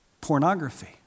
pornography